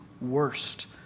worst